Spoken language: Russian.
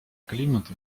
климата